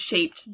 shaped